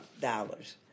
dollars